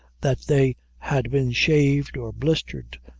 that they had been shaved or blistered,